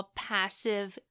passive